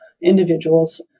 individuals